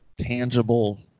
tangible